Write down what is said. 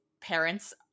parents